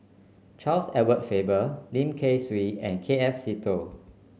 Charles Edward Faber Lim Kay Siu and K F Seetoh